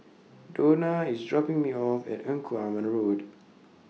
Dona IS dropping Me off At Engku Aman Road